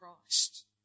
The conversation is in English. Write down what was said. Christ